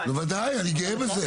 בוודאי אני גאה בזה.